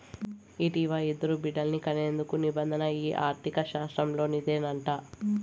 ఇంటివా, ఇద్దరు బిడ్డల్ని కనేందుకు నిబంధన ఈ ఆర్థిక శాస్త్రంలోనిదేనంట